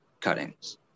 cuttings